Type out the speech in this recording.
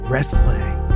Wrestling